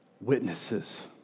witnesses